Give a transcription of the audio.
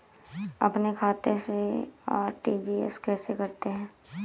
अपने खाते से आर.टी.जी.एस कैसे करते हैं?